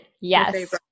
yes